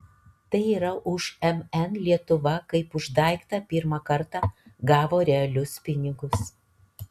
tai yra už mn lietuva kaip už daiktą pirmą kartą gavo realius pinigus